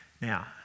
Now